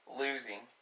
losing